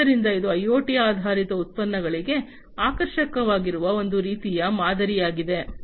ಆದ್ದರಿಂದ ಇದು ಐಒಟಿ ಆಧಾರಿತ ಉತ್ಪನ್ನಗಳಿಗೆ ಆಕರ್ಷಕವಾಗಿರುವ ಒಂದು ರೀತಿಯ ಮಾದರಿಯಾಗಿದೆ